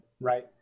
right